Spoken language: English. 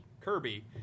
Kirby